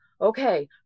okay